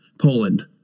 Poland